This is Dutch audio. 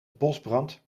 bosbrand